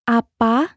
apa